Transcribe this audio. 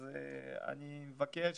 אז אני מבקש,